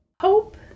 Hope